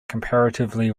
comparatively